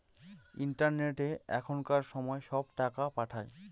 ইন্টারনেটে এখনকার সময় সব টাকা পাঠায়